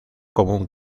común